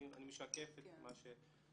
אני משקף את הדברים.